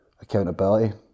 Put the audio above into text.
accountability